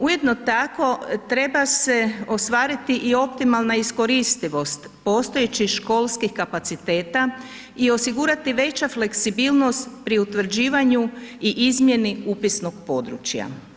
Ujedno tako treba se ostvariti i optimalna iskoristivost postojećih školskih kapaciteta i osigurati veća fleksibilnost pri utvrđivanju i izmjeni upisnog područja.